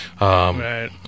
Right